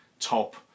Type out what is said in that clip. top